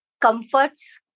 comforts